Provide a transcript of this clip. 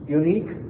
unique